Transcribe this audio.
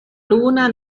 luna